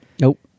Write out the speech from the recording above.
Nope